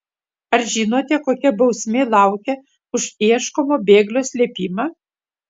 ar žinote kokia bausmė laukia už ieškomo bėglio slėpimą